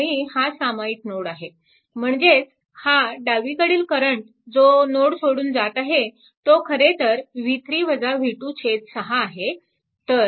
आणि हा सामायिक नोड आहे म्हणजेच हा डावीकडील करंट जो नोड सोडून जात आहे तो खरेतर 6 आहे